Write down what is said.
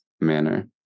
manner